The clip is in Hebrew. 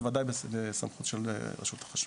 בוודאי שזה בסמכות רשות החשמל.